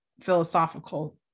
philosophical